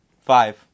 Five